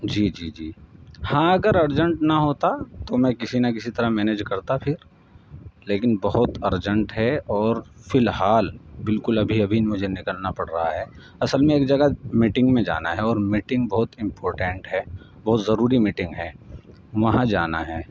جی جی جی ہاں اگر ارجنٹ نا ہوتا تو میں کسی نہ کسی طرح مینج کرتا پھر لیکن بہت ارجنٹ ہے اور فی الحال بالکل ابھی ابھی مجھے نکلنا پڑ رہا ہے اصل میں ایک جگہ میٹنگ میں جانا ہے اور میٹنگ بہت امپارٹنٹ ہے بہت ضروری میٹنگ ہے وہاں جانا ہے